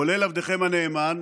כולל עבדכם הנאמן,